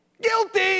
Guilty